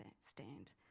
stand